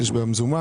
שליש במזומן